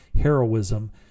heroism